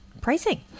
pricing